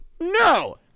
no